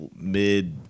mid